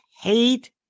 hate